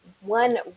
one